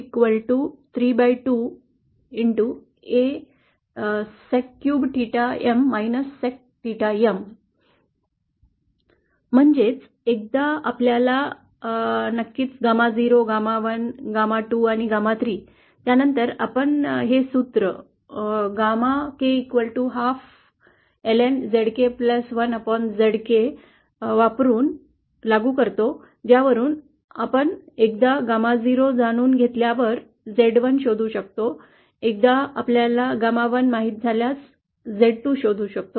A sec cube theta M sec theta M म्हणजेच एकदा आपल्याला नक्कीच γ0 γ1 γ2 आणि γ3 त्यानंतर आपण हे सूत्र gamma k ½ ln Zk1Zk लागू करतो ज्यावरून आपण एकदाच γ0 जाणून घेतल्यावर Z 1 शोधू शकतो एकदा आपल्याला γ1 माहित झाल्यास आपण Z 2 शोधू शकता